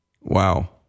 Wow